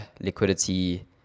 liquidity